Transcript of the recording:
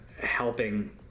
helping